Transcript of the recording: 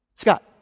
Scott